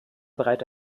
bereit